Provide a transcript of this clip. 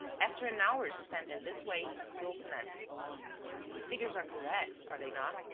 after an hour spent in this way, wilson asked the figures are correct, are they not?